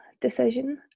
decision